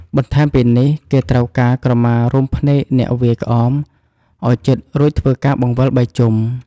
បន្ថែមពីនេះ គេត្រូវការក្រមារុំភ្នែកអ្នកវាយក្អម ឱ្យជិតរួចធ្វើការបង្វិល ៣ ជុំ។